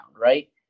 right